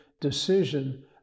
decision